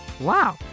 Wow